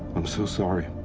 i'm so sorry.